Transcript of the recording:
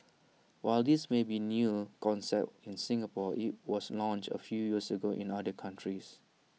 while this may be new concept in Singapore IT was launched A few years ago in other countries